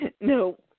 No